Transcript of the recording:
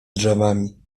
drzewami